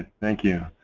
thank you.